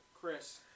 Chris